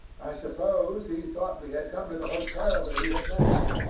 i suppose he thought we had come to the hotel that he had mentioned,